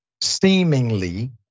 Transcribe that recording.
Seemingly